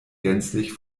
gänzlich